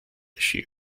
issue